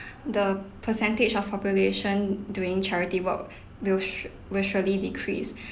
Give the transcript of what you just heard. the percentage of population doing charity work will sure will surely decrease